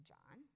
John